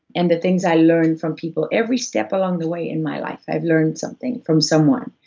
and the things i learn from people. every step along the way in my life i've learned something from someone.